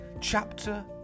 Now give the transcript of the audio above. Chapter